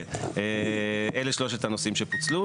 כן, אלה שלושת הנושאים שפוצלו.